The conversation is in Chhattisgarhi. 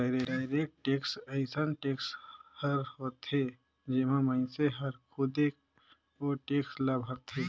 डायरेक्ट टेक्स अइसन टेक्स हर होथे जेम्हां मइनसे हर खुदे ओ टेक्स ल भरथे